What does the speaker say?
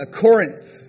Corinth